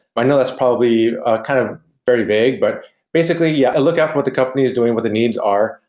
i know that's probably kind of very vague, but basically yeah i look after what the company is doing, what the needs are.